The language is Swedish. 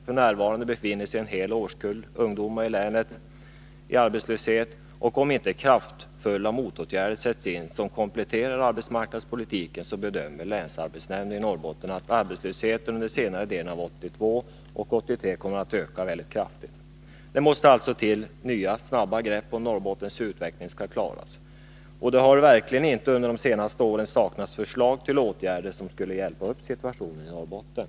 F.n. är en hel årskull ungdomar i länet arbetslösa. Och länsarbetsnämnden i Norrbotten bedömer att arbetslösheten under senare delen av 1982 och under 1983 kommer att öka mycket kraftigt, om inte verkningsfulla motåtgärder som kompletterar arbetsmarknadspolitiken sätts in. Det måste alltså till nya snabba grepp, om Norrbottens utveckling skall klaras. Det har verkligen inte under de senaste åren saknats förslag till åtgärder som skulle hjälpa upp situationen i Norrbotten.